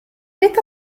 let